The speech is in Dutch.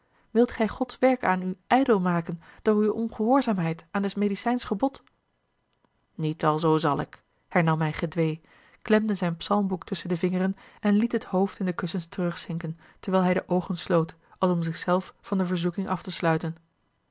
wilt gij gods werk aan u ijdel maken door uwe ongehoorzaamheid aan des medicijns gebod niet alzoo zal ik hernam hij gedwee klemde zijn psalmboek tusschen de vingeren en liet het hoofd in de kussens terugzinken terwijl hij de oogen sloot als om zich zelf van de verzoeking af te sluiten